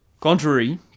Contrary